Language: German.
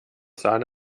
sahne